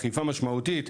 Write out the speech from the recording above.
אכיפה משמעותית.